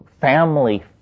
family